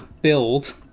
build